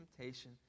temptation